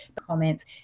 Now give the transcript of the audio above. comments